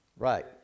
Right